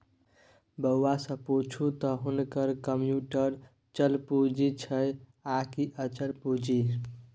बौआ सँ पुछू त हुनक कम्युटर चल पूंजी छै आकि अचल पूंजी